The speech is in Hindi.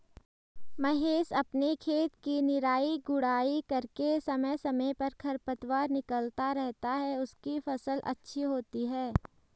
महेश अपने खेत की निराई गुड़ाई करके समय समय पर खरपतवार निकलता रहता है उसकी फसल अच्छी होती है